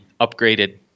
upgraded